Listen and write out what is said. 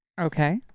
okay